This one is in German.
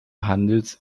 handels